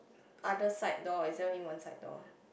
other side door is there only one side door